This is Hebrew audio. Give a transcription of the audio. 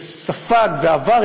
שספג ועבר